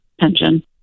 pension